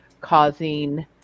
causing